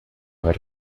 ver